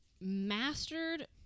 mastered